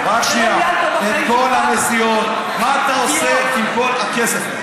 אתה לא ניהלת בחיים שלך, מה אתה עושה עם כל הכסף.